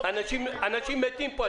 אנשים מתים פה.